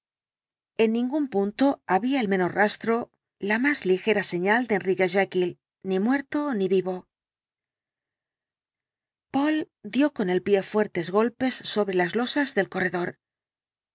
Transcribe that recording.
en ningún punto había el menor rastro la más ligera el dr jekyll señal de enrique jekyll ni muerto ni vivo poole dio con el pie fuertes golpes sobre las losas del corredor